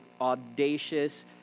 audacious